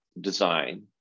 design